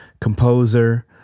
composer